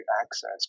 access